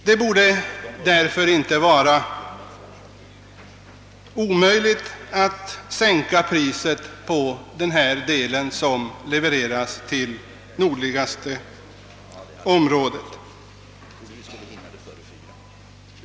Det borde därför inte vara omöjligt att sänka priset på den elkraft som levereras till det nordligaste området.